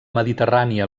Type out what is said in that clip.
mediterrània